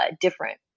different